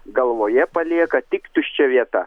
galvoje palieka tik tuščia vieta